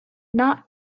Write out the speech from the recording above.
not